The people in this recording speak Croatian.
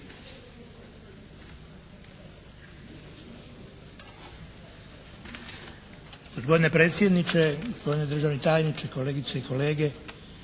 Gospodine predsjedniče, gospodine državni tajniče, kolegice i kolege.